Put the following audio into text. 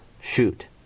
shoot